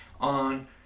on